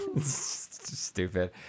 stupid